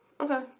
Okay